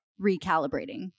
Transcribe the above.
recalibrating